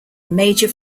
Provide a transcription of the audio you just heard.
major